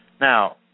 Now